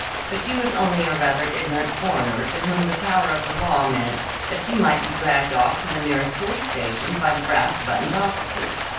but she was only a rather ignorant foreigner to whom the power of the law meant that she might be dragged off to the nearest police station by the brass-buttoned officers.